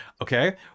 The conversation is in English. okay